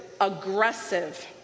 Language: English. aggressive